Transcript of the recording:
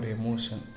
emotion